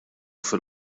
fil